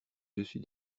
dessus